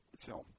film